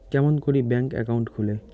কেমন করি bank account খুলে?